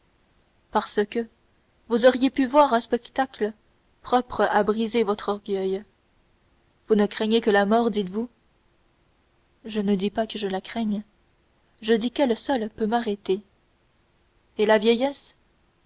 parce que vous auriez pu voir un spectacle propre à briser votre orgueil vous ne craignez que la mort dites-vous je ne dis pas que je la craigne je dis qu'elle seule peut m'arrêter et la vieillesse